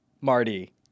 Marty